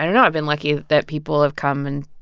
don't know. i've been lucky that people have come and,